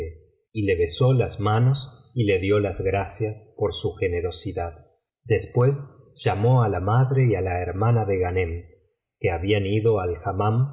y le besó las manos y le dio las gracias por su generosidad después llamó i la madre y á la hermana de ghanem que habían ido al